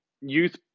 youth